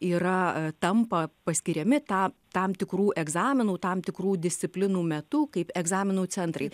yra tampa paskiriami tą tam tikrų egzaminų tam tikrų disciplinų metu kaip egzaminų centrai